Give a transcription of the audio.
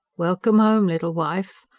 welcome home, little wife!